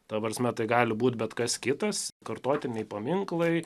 ta prasme tai gali būt bet kas kitas kartotiniai paminklai